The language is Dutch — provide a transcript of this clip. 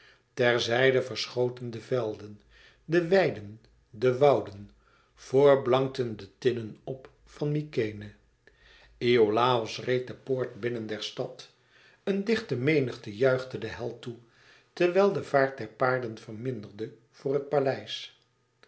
ter zijde verschoten de velden de weiden de wouden vor blankten de tinnen op van mykenæ iolàos reed de poort binnen der stad een dichte menigte juichte den held toe terwijl de vaart der paarden verminderde voor het paleis